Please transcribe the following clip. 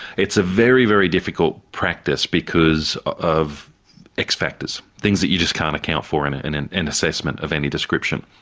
it's a very, very difficult practice because of x factors, things that you just can't account for in and an and assessment of any description.